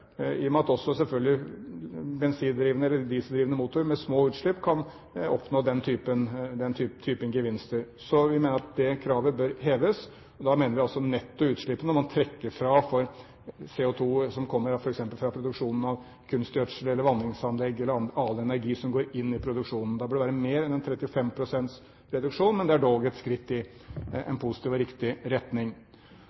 i og med at selvfølgelig også bensindrevne eller dieseldrevne motorer med små utslipp kan oppnå den typen gevinster. Så vi mener at det kravet bør heves. Da mener vi altså nettoutslippet, når man trekker fra for CO2 som f.eks. kommer fra produksjon av kunstgjødsel eller vanningsanlegg eller annen energi som går inn i produksjonen. Da bør det være mer enn en 35 pst. reduksjon, men det er dog et skritt i